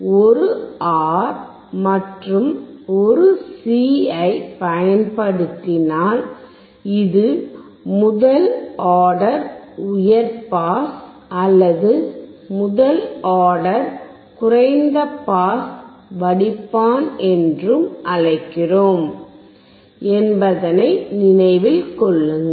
ஒரு R மற்றும் ஒரு C ஐ பயன்படுத்தினால் இது முதல் ஆர்டர் உயர் பாஸ் அல்லது முதல் ஆர்டர் குறைந்த பாஸ் வடிப்பான் என்றும் அழைக்கிறோம் என்பதனை நினைவில் கொள்ளுங்கள்